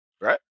Right